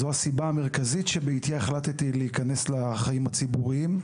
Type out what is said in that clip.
זו הסיבה המרכזית שבגללה החלטתי להיכנס לחיים הציבוריים.